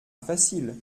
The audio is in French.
facile